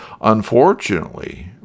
Unfortunately